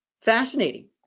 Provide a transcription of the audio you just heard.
fascinating